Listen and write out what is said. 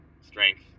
strength